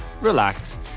relax